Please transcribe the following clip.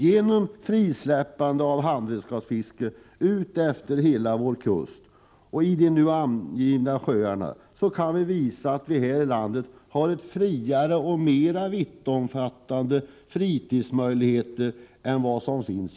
Genom frisläppande av handredskapsfiske utefter hela vår kust och i de nu angivna sjöarna kan vi visa att vi här i landet har större och mera vittomfattande fritidsmöjligheter än i andra länder.